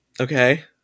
Okay